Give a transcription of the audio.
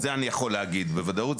את זה אני יכול להגיד בוודאות.